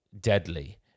deadly